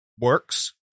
works